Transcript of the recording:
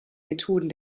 methoden